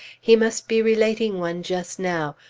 he must be relating one just now,